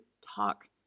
talk